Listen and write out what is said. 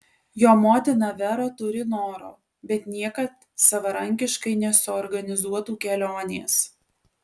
jo motina vera turi noro bet niekad savarankiškai nesuorganizuotų kelionės